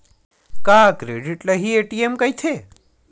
का क्रेडिट ल हि ए.टी.एम कहिथे?